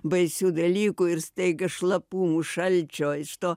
baisių dalykų ir staiga šlapumų šalčio iš to